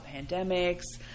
pandemics